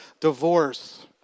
divorce